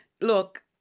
look